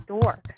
door